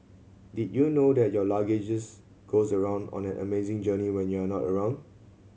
did you know that your luggages goes around on an amazing journey when you're not around